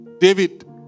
David